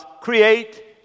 create